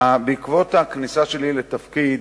בעקבות הכניסה שלי לתפקיד,